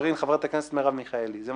14 והוראת שעה), התשע"ט-2018,